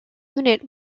unit